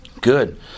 Good